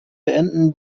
beenden